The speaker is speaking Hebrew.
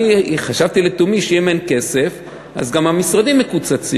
אני חשבתי לתומי שאם אין כסף אז גם המשרדים מקוצצים,